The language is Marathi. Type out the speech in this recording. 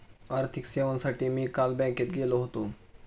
आर्थिक सेवांसाठी मी काल बँकेत गेलो होतो